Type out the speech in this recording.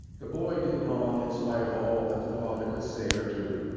the boy did wrong in spite of all that the father could say or do.